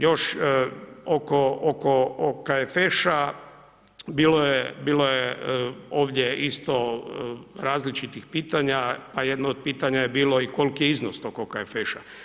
Još oko OKFŠ-a, bilo je ovdje isto različitih pitanja, pa jedno od pitanje je bilo i koliki je iznos tog OKFŠ-a.